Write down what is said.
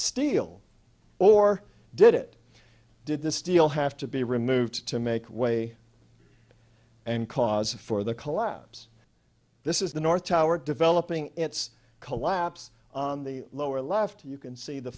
steel or did it did the steel have to be removed to make way and cause for the collapse this is the north tower developing its collapse on the lower left you can see the